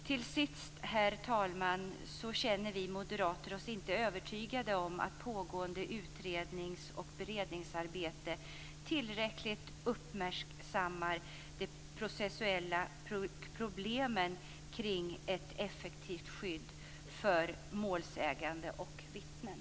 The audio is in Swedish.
Till sist, herr talman, känner vi moderater oss inte övertygade om att pågående utrednings och beredningsarbete tillräckligt uppmärksammar de processuella problemen kring ett effektivt skydd för målsägande och vittnen.